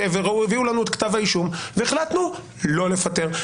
הביאו לנו את כתב האישום והחלטנו לא לפטר.